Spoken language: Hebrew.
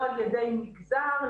לא על-ידי מגזר,